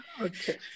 okay